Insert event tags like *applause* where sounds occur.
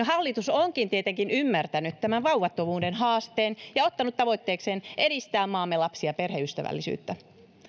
*unintelligible* hallitus onkin tietenkin ymmärtänyt tämän vauvattomuuden haasteen ja ottanut tavoitteekseen edistää maamme lapsi ja perheystävällisyyttä